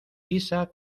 isaac